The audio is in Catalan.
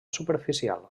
superficial